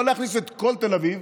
לא להכניס את כל תל אביב,